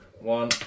One